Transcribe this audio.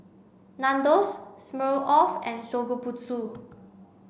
Nandos Smirnoff and Shokubutsu